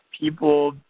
people